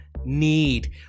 need